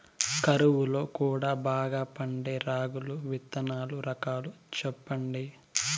కరువు లో కూడా బాగా పండే రాగులు విత్తనాలు రకాలు చెప్పండి?